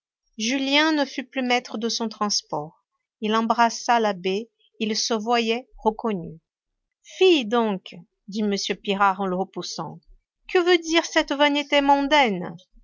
julien ne fut plus maître de son transport il embrassa l'abbé il se voyait reconnu fi donc dit m pirard en le repoussant que veut dire cette vanité mondaine